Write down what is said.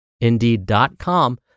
Indeed.com